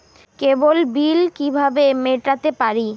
কেবল bill কিভাবে মেটাতে পারি?